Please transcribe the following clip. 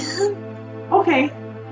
Okay